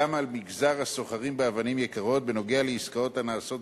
גם על מגזר הסוחרים באבנים יקרות בנוגע לעסקאות הנעשות במזומנים.